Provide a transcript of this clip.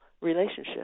relationship